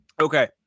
Okay